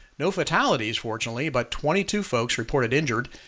no fatalities fortunately, but twenty two folks reported injured.